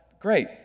Great